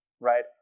Right